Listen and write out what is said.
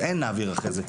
אין "נעביר אחרי זה".